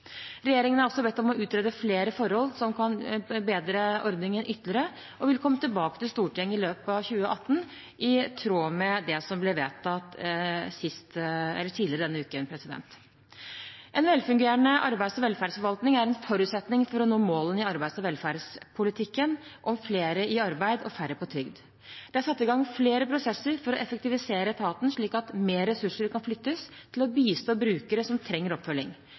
Regjeringen er også bedt om å utrede flere forhold som kan bedre ordningen ytterligere, og vil komme tilbake til Stortinget igjen i løpet av 2018, i tråd med det som ble vedtatt tidligere denne uken. En velfungerende arbeids- og velferdsforvaltning er en forutsetning for å nå målene i arbeids- og velferdspolitikken om flere i arbeid og færre på trygd. Det er satt i gang flere prosesser for å effektivisere etaten slik at flere ressurser kan flyttes til å bistå brukere som trenger oppfølging.